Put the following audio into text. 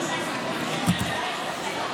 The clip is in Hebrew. אני לא יכולה לשבת.